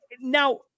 now